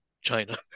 China